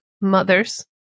mothers